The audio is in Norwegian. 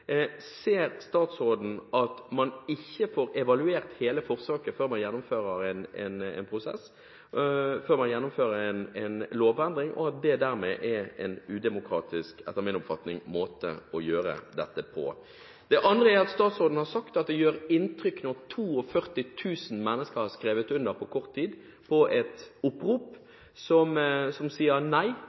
Ser statsråden at man ikke får evaluert hele forsøket før man gjennomfører en lovendring, og at det, etter min oppfatning, dermed er en udemokratisk måte å gjøre dette på? Statsråden har sagt at det gjør inntrykk når 42 000 mennesker på kort tid har skrevet under på et opprop som sier nei til å gjennomføre og rulle ut den prøveordningen som nå skal iverksettes. Bondelaget, som